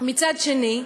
מצד שני,